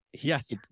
Yes